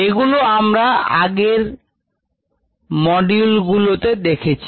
এগুলো আমরা আগের মডেলগুলোতে দেখেছি